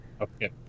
Okay